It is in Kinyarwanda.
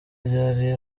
ryari